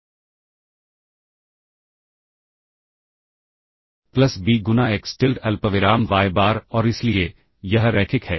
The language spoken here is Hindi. प्लस b गुना एक्स टिल्ड अल्पविराम वाय बार और इसलिए यह रैखिक है